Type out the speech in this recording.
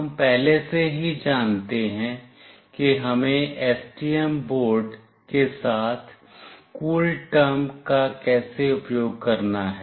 हम पहले से ही जानते हैं कि हमें एसटीएम बोर्ड के साथ कूलटर्म का कैसे उपयोग करना है